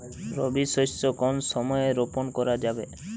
রবি শস্য কোন সময় রোপন করা যাবে?